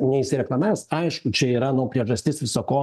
neišsireklamavęs aišku čia yra nu priežastis viso ko